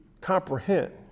comprehend